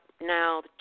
Now